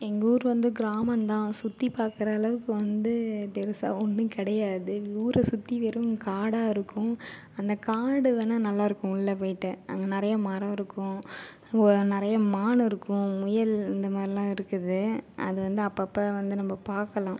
எங்கள் ஊர் வந்து கிராமம்தான் சுற்றி பார்க்குற அளவுக்கு வந்து பெரிசா ஒன்றும் கிடையாது ஊரை சுற்றி வெறும் காடாக இருக்கும் அந்த காடு வேணால் நல்லா இருக்கும் உள்ளே போய்விட்டு அங்கே நிறைய மரம் இருக்கும் அங்கே நிறைய மான் இருக்கும் முயல் இந்த மாதிரிலாம் இருக்குது அது வந்து அப்பப்போ வந்து நம்ப பார்க்கலாம்